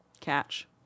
Catch